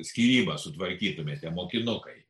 skyrybą sutvarkytumėte mokinukai